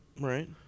Right